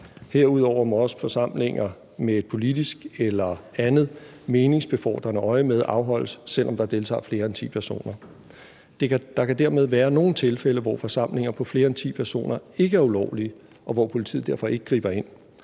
Herudover må også forsamlinger med et politisk eller andet meningsbefordrende øjemed afholdes, selv om der deltager flere end ti personer. Der kan dermed være nogle tilfælde, hvor forsamlinger på flere end ti personer ikke er ulovlige, og hvor politiet derfor ikke griber ind.